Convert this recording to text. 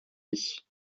vie